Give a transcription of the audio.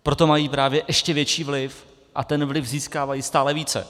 Proto mají právě ještě větší vliv a ten vliv získávají stále více.